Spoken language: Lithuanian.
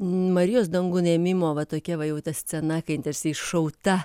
marijos dangun ėmimo va tokia va jau ta scena kai jin tarsi iššauta